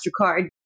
MasterCard